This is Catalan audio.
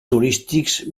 turístics